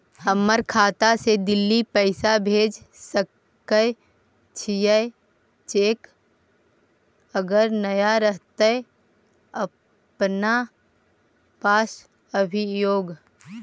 हमर खाता से दिल्ली पैसा भेज सकै छियै चेक अगर नय रहतै अपना पास अभियोग?